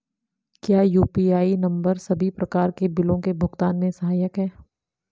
क्या UPI number सभी प्रकार के बिलों के भुगतान में सहायक हैं?